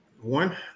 One